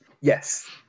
Yes